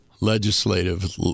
legislative